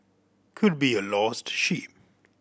could be a lost sheep